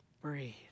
Breathe